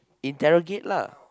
interrogate lah